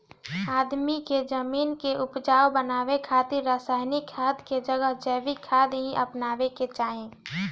आदमी के जमीन के उपजाऊ बनावे खातिर रासायनिक खाद के जगह जैविक खाद ही अपनावे के चाही